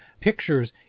pictures